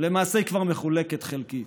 ולמעשה היא כבר מחולקת חלקית.